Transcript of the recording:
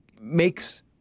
makes